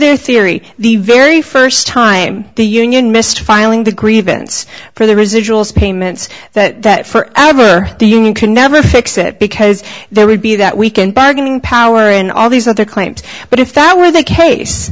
their theory the very first time the union missed filing the grievance for the residuals payments that forever the union can never fix it because there would be that we can bargaining power and all these other claims but if that were the case